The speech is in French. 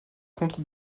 compte